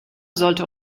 sollte